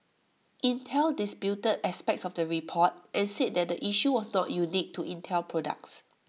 Intel disputed aspects of the report and said the issue was not unique to Intel products